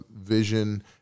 vision